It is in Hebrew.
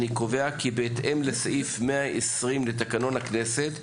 אני קובע כי בהתאם לסעיף 120 לתקנון הכנסת,